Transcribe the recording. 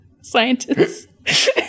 scientists